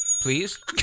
Please